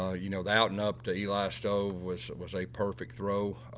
ah you know, the out and up to eli stove was was a perfect throw.